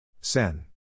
Sen